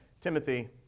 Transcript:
Timothy